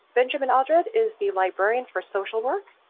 benjamin aldred is the librarian for social work,